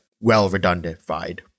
well-redundified